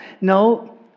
No